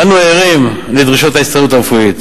אנו ערים לדרישות ההסתדרות הרפואית.